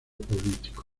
político